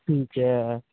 ਠੀਕ ਐ